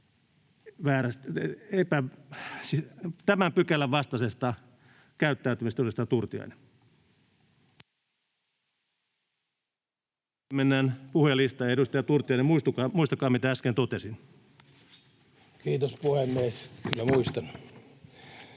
tämän pykälän vastaisesta käyttäytymisestä, edustaja Turtiainen. Mennään puhujalistaan. — Edustaja Turtiainen, muistakaa, mitä äsken totesin. Kiitos, puhemies! Kyllä muistan.